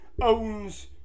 owns